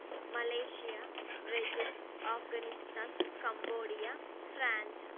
Malaysia Brazil Afghanistan Cambodia France